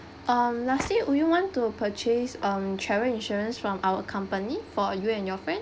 um lastly would you want to purchase um travel insurance from our company for you and your friends